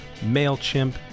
MailChimp